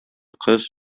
кыз